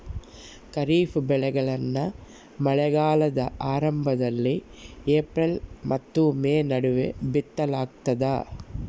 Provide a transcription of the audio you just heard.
ಖಾರಿಫ್ ಬೆಳೆಗಳನ್ನ ಮಳೆಗಾಲದ ಆರಂಭದಲ್ಲಿ ಏಪ್ರಿಲ್ ಮತ್ತು ಮೇ ನಡುವೆ ಬಿತ್ತಲಾಗ್ತದ